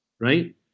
right